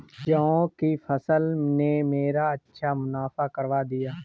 जौ की फसल ने मेरा अच्छा मुनाफा करवा दिया